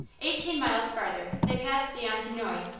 eighteen miles farther they passed leontinoi,